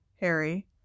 Harry